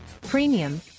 premium